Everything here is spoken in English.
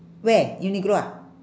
where uniqlo ah